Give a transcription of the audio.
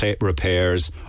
repairs